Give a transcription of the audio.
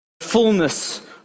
fullness